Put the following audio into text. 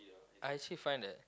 I actually find that